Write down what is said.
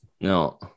No